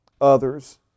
others